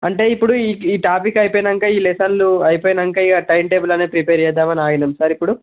అంటే ఇప్పుడు ఈ టాపిక్ అయిపోయ్యాక ఈ లెసన్లు అయిపోయాక ఇక టైం టేబుల్ అనేది ప్రిపేర్ చేద్దామని ఆగినాము సార్ ఇప్పుడు